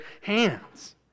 hands